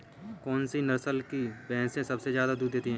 कौन सी नस्ल की भैंस सबसे ज्यादा दूध देती है?